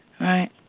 Right